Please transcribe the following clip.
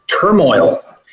turmoil